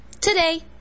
today